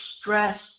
stress